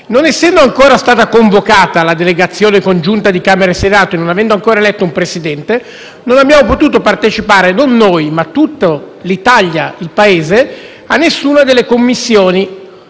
Non essendo ancora stata convocata la delegazione congiunta di Camera e Senato e non avendo ancora eletto un Presidente, non abbiamo potuto partecipare, non noi ma tutta l'Italia, il Paese, a nessuna delle Commissioni